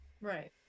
Right